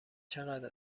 چقدر